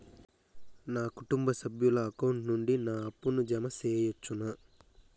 నా కుటుంబ సభ్యుల అకౌంట్ నుండి నా అప్పును జామ సెయవచ్చునా?